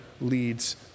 leads